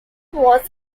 was